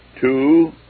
Two